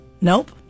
Nope